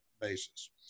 basis